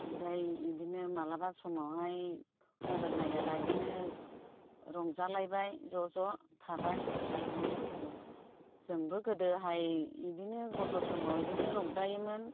ओमफ्राय बेदिनो माब्लाबा समावहाय मबाइल नायाब्ला बेदिनो रंजालायबाय ज' ज' थाबाय बेदि आरो जोंबो गोदोहाय बेदिनो गथ' समाव बेदिनो रंजायोमोन